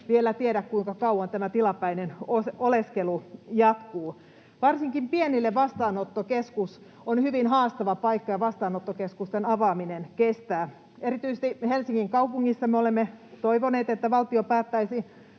vielä tiedä, kuinka kauan tämä tilapäinen oleskelu jatkuu. Varsinkin pienille vastaanottokeskus on hyvin haastava paikka, ja vastaanottokeskusten avaaminen kestää. Erityisesti Helsingin kaupungissa me olemme toivoneet, että valtio päättäisi